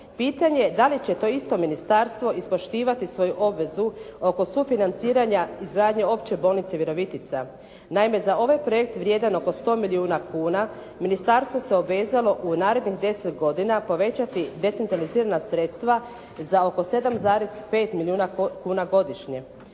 Pitanje je da li će to isto ministarstvo ispoštivati svoju obvezu oko sufinanciranja izgradnje opće bolnice Virovitica. Naime za ovaj projekt vrijedan oko 100 milijuna kuna ministarstvo se obvezalo u narednih 10 godina povećati decentralizirana sredstva za oko 7,5 milijuna kuna godišnje.